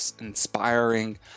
inspiring